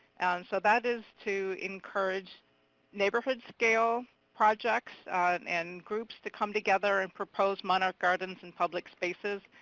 and so that is to encourage neighborhood scale projects and groups to come together and propose monarch gardens in public spaces.